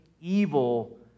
evil